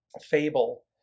fable